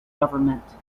government